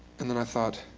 and then i thought,